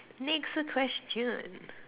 next question